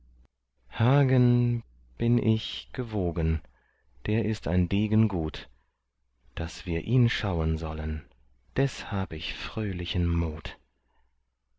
hagen bin ich gewogen der ist ein degen gut daß wir ihn schauen sollen des hab ich fröhlichen mut